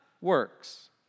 works